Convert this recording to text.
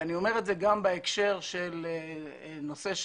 אני אומר את זה גם בהקשר של נושא אחר.